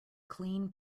clean